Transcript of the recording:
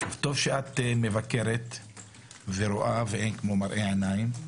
טוב שאת מבקרת ורואה, ואין כמו ביקור בעיניים.